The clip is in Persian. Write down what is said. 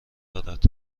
دارد